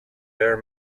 bare